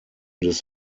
des